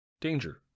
danger